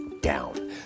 down